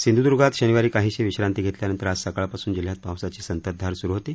सिंध्द्र्गात शनिवारी काहीशी विश्रांती घेल्यानंतर आज सकाळपासून जिल्ह्यात पावसाची संततधार सुरु होती